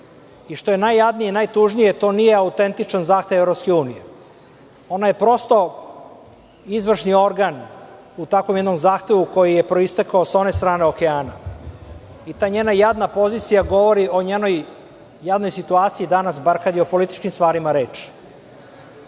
Što je najjadnije, najtužnije, to nije autentičan zahtev EU. Ona je prosto izvršni organ u takvom jednom zahtevu koji je proistekao sa one strane okeana. I ta njena jadna pozicija govori o njenoj jadnoj situaciji, danas bar kad je o političkim stvarima reč. Mi